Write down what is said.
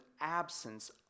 absence